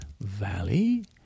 Valley